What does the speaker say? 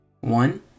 one